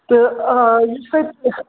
تہٕ یہِ چھُ تۄہہِ